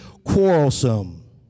quarrelsome